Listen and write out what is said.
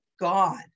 God